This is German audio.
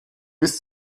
bis